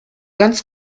ganz